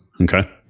Okay